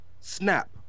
snap